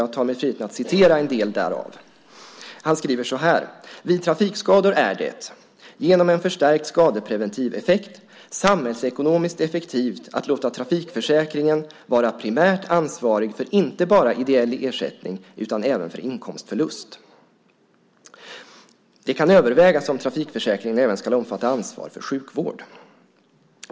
Jag tar mig friheten att citera en del därav: "Vid trafikskador är det, genom en förstärkt skadepreventiv effekt, samhällsekonomiskt effektivt att låta trafikförsäkringen vara primärt ansvarig för inte bara ideell ersättning utan även för inkomstförlust. Det kan övervägas om trafikförsäkringen även skall omfatta ansvar för sjukvård."